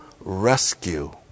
rescue